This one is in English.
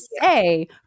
say